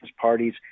parties